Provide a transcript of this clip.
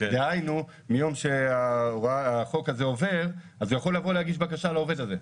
דהיינו מיום שהחוק הזה עובר הוא יכול לבוא ולהגיש בקשה לעובד הזה.